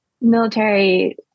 military